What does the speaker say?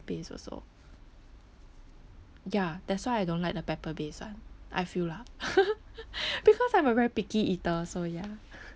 base also ya that's why I don't like the pepper base [one] I feel lah because I'm a very picky eater so ya